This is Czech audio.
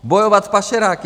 Bojovat s pašeráky.